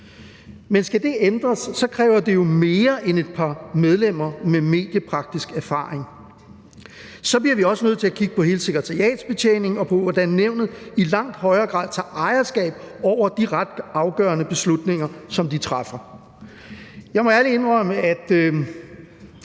Men skal det ændres, kræver det jo mere end et par medlemmer med mediepraktisk erfaring. Så bliver vi også nødt til at kigge på hele sekretariatsbetjeningen og på, hvordan nævnet i langt højere grad tager ejerskab over de ret afgørende beslutninger, som de træffer. Jeg må ærligt indrømme, at